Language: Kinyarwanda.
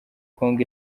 congo